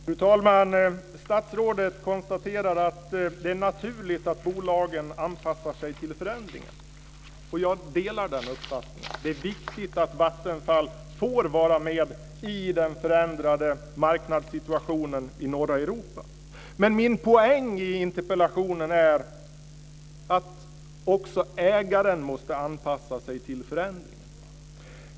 Fru talman! Statsrådet konstaterar att det är naturligt att bolagen anpassar sig till förändringen. Jag delar den uppfattningen. Det är viktigt att Vattenfall får vara med i den förändrade marknadssituationen i norra Europa. Men min poäng i interpellationen är att också ägaren måste anpassa sig till förändringen.